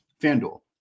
FanDuel